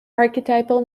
archetypal